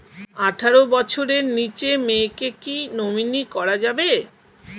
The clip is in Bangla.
আঠারো বছরের নিচে মেয়েকে কী নমিনি করা যাবে?